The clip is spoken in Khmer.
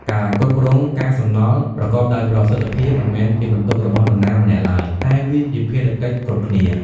ការគ្រប់គ្រងកាកសំណល់ប្រកបដោយប្រសិទ្ធភាព មិនមែនជាបន្ទុករបស់នរណាម្នាក់ឡើយ តែវាជាភារៈកិច្ចគ្រប់គ្នា។